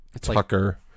Tucker